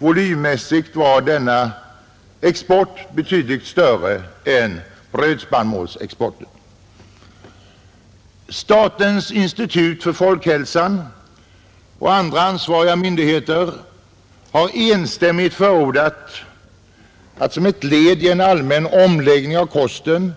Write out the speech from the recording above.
Volymmässigt var denna export betydligt större än exporten av brödspannmål, Statens institut för folkhälsan och andra ansvariga myndigheter har enstämmigt förordat att som ett led i en allmän omläggning av kosten